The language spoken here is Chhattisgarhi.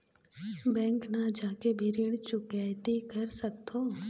बैंक न जाके भी ऋण चुकैती कर सकथों?